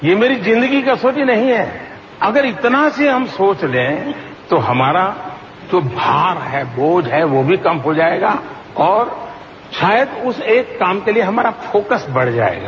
ये मेरी जिंदगी की कसौटी नहीं है अगर इतना सा हम सोच लें तो हमारा जो भार है बोझ है वो भी कम हो जाएगा और शायद उस एक काम के लिए हमारा फोकस बढ़ जाएगा